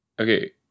Okay